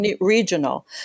regional